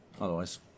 otherwise